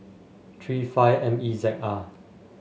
three five M E Z R